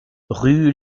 rue